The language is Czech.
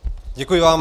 Děkuji vám.